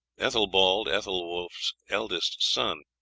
ethelbald, ethelwulf's eldest son,